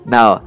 Now